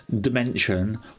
dimension